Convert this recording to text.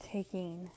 taking